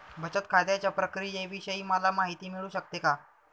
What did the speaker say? बचत खात्याच्या प्रक्रियेविषयी मला माहिती मिळू शकते का?